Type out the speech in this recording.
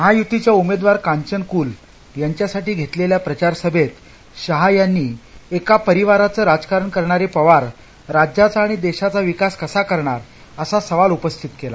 महायुतीच्या उमेदवार कांचन कुल यांच्यासाठी घेतलेल्या प्रचार सभेत शहा यांनी एका परिवाराचं राजकारण करणारे पवार राज्याचा आणि देशाचा विकास कसा करणार असा सवाल उपस्थित केला